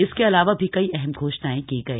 इसके अलावा भी कई अहम घोषणाएं की गई